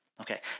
Okay